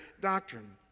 doctrine